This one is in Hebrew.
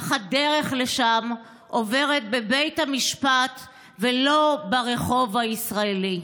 אך הדרך לשם עוברת בבית המשפט ולא ברחוב הישראלי.